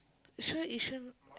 sure Yishun